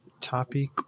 topic